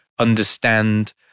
Understand